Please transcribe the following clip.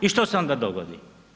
I što se onda dogodi?